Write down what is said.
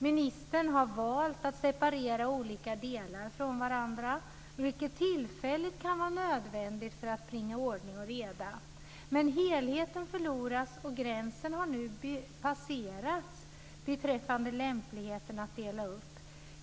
Ministern har valt att separera olika delar från varandra, vilket tillfälligt kan vara nödvändigt för att bringa ordning och reda. Men helheten förloras, och gränsen har nu passerats beträffande lämpligheten att dela upp.